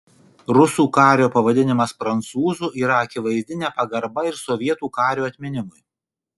rusų kario pavadinimas prancūzu yra akivaizdi nepagarba ir sovietų kario atminimui